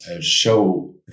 show